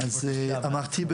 אבל אם התבקשתי, העברתי.